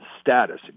status